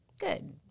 Good